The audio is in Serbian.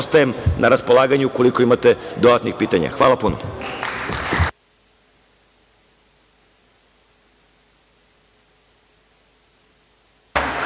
vam na raspolaganju ukoliko imate dodatnih pitanja. Hvala puno.